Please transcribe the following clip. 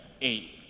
eight